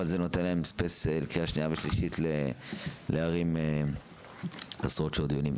מאפשר להם להרים עשרות שעות דיונים לקריאה שנייה ושלישית.